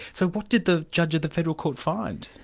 so what did the judge at the federal court find?